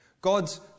God's